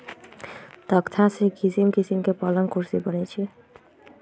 तकख्ता से किशिम किशीम के पलंग कुर्सी बनए छइ